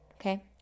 okay